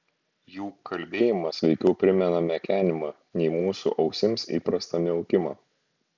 jų kalbėjimas veikiau primena mekenimą nei mūsų ausims įprastą miaukimą